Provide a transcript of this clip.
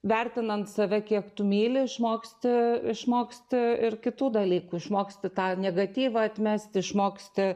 vertinant save kiek tu myli išmoksti išmoksti ir kitų dalykų išmoksti tą negatyvą atmesti išmoksti